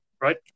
right